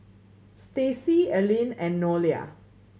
Stacy Alene and Nolia